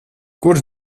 kurš